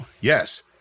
Yes